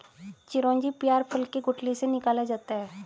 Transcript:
चिरौंजी पयार फल के गुठली से निकाला जाता है